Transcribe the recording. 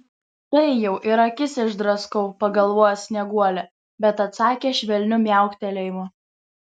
tai jau ir akis išdraskau pagalvojo snieguolė bet atsakė švelniu miauktelėjimu